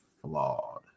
flawed